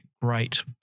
Great